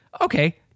okay